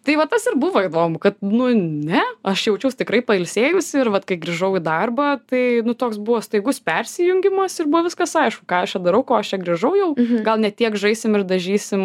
tai va tas ir buvo įdomu kad nu ne aš jaučiaus tikrai pailsėjusi ir vat kai grįžau į darbą tai toks buvo staigus persijungimas ir buvo viskas aišku ką aš čia darau ko aš čia grįžau jau gal ne tiek žaisim ir dažysim